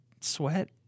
Sweat